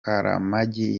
karamagi